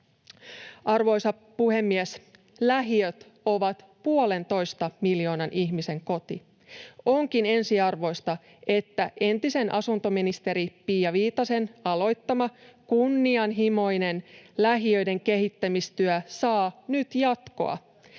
Arvoisa puhemies! Lähiöt ovat puolentoista miljoonan ihmisen koti. Onkin ensiarvoista, että entisen asuntoministerin Pia Viitasen aloittama kunnianhimoinen lähiöiden kehittämistyö saa nyt jatkoa